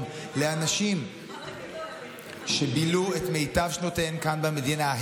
לאנשים שבילו את מיטב שנותיהם כאן במדינה,